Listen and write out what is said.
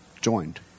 joined